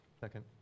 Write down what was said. Second